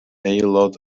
aelod